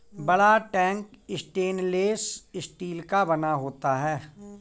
बड़ा tank stainless steel का बना होता है